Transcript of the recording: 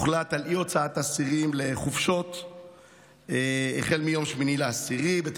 הוחלט על אי-הוצאת אסירים לחופשות החל מיום 8 באוקטובר.